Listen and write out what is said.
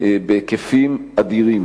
בהיקפים אדירים.